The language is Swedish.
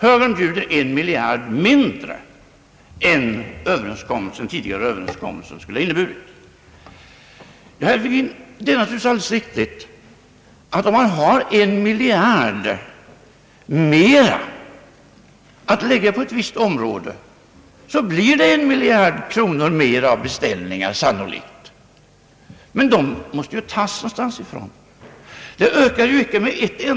Högern bjuder en miljard mindre än tidigare överenskommelse skulle ha inneburit. Herr Virgin, det är naturligtvis alldeles riktigt att om man har en miljard mera att lägga på ett visst område, blir det sannolikt en miljard kronor mera i beställningar. Men pengarna måste tas någonstans!